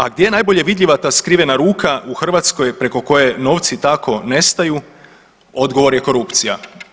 A gdje je najbolje vidljiva ta skrivena ruka u Hrvatskoj preko koje novci tako nestaju odgovor je korupcija.